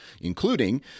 including